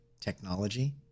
technology